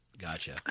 gotcha